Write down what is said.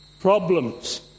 problems